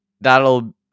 that'll